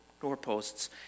doorposts